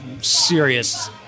serious